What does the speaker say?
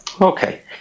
Okay